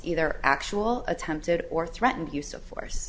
either actual attempted or threatened use of force